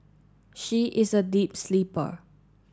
she is a deep sleeper